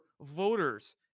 voters